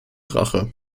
rache